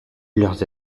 leurs